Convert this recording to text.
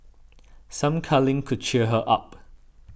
some cuddling could cheer her up